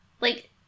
Like-